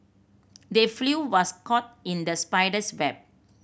the was caught in the spider's web